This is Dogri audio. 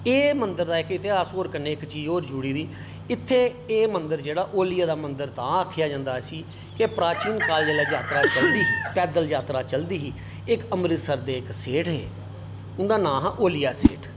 एह् मंदर दा इतिहास एह्दे कन्नै होर चीज होर जुड़ी दी इत्थै एह् मंदर जेह्ड़ा ओलियां दा मंदर तां आखेआ जंदा इसी के प्राचीन काल जेल्लै यात्रा चलदी ही पैदल यात्रा चलदी ही इक अमृतसर दे इक सेठ हे उंदा नांऽ हा ओलिया सेठ